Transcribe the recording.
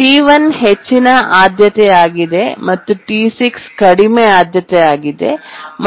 T1 ಹೆಚ್ಚಿನ ಆದ್ಯತೆಯಾಗಿದೆ ಮತ್ತು T6 ಕಡಿಮೆ ಆದ್ಯತೆಯಾಗಿದೆ